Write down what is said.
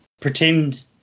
pretend